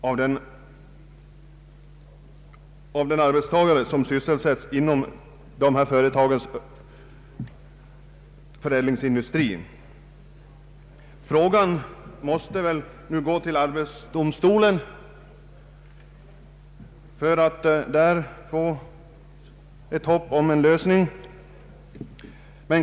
Frågan måste väl nu, när andra lagutskottet avslagit motionerna i sitt utlåtande, gå till arbetsdomstolen för att om möjligt lösas.